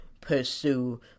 pursue